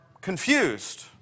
confused